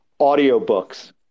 Audiobooks